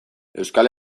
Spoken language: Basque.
euskal